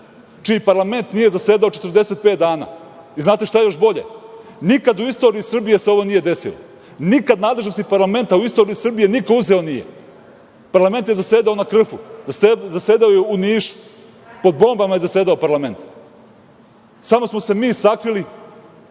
čiji parlament nije zasedao četrdeset pet dana. Znate šta je još bolje? Nikad u istoriji Srbije se ovo nije desilo. Nikad nadležnosti parlamenta, u istoriji Srbije, niko uzeo nije. Parlament je zasedao na Krfu, zasedao je u Nišu, pod bombama je zasedao parlament, samo smo se mi sakrili